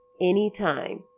anytime